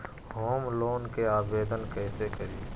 Home loan के आवेदन कैसे करि?